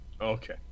Okay